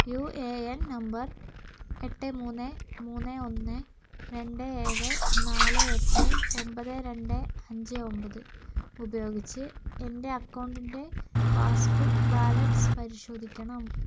UAN number എട്ട് മൂന്ന് മൂന്ന് ഒന്ന് രണ്ട് ഏഴ് നാല് എട്ട് ഒൻപത് രണ്ട് അഞ്ച് ഒൻപത് ഉപയോഗിച്ച് എൻ്റെ അക്കൗണ്ടിന്റെ പാസ്ബുക്ക് ബാലൻസ് പരിശോധിക്കണം